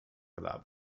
club